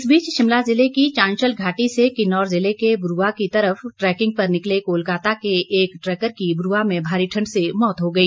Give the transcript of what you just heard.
इस बीच शिमला ज़िले की चाशंल घाटी से किन्नौर ज़िले के ब्रुआ की तरफ ट्रैकिंग पर निकले कोलकाता के एक ट्रैकर की ब्रुआ में भारी ठंड से मौत हो गई